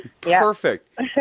Perfect